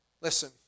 Listen